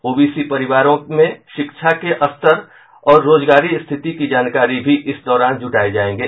OBC परिवारों में शिक्षा के स्तर और रोजगारी स्थिति की जानकारी भी इस दौरान जुटाये जायेंगे